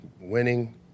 winning